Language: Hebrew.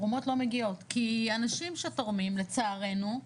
כי אנשים שתורמים לצערנו,